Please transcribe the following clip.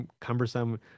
cumbersome